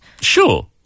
Sure